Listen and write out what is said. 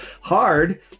hard